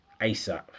ASAP